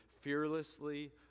fearlessly